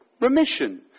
Remission